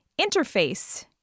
interface